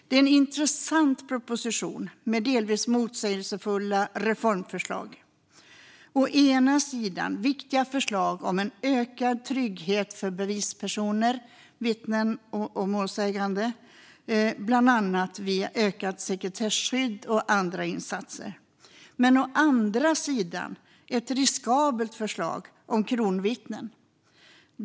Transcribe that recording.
Det är en intressant proposition med delvis motsägelsefulla reformförslag - å ena sidan viktiga förslag om ökad trygghet för bevispersoner, vittnen och målsägande, bland annat via ökat sekretesskydd och andra insatser, å andra sidan ett riskabelt förslag om kronvittnen.